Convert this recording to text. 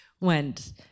went